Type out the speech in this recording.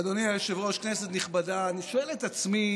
אדוני היושב-ראש, כנסת נכבדה, אני שואל את עצמי